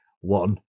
one